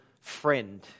friend